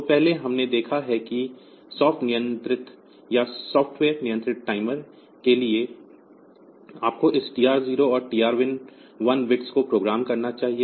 तो पहले हमने देखा है कि सॉफ्ट नियंत्रित या सॉफ़्टवेयर नियंत्रित टाइमर के लिए आपको इस TR 0 और TR 1 बिट्स को प्रोग्राम करना चाहिए